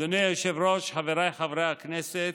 אדוני היושב-ראש, חבריי חברי הכנסת,